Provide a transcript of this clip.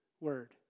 word